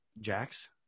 Jax